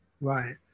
Right